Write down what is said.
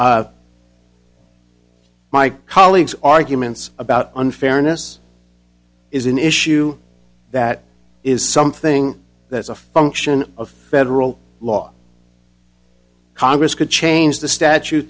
candidly my colleague's arguments about unfairness is an issue that is something that's a function of federal law congress could change the statu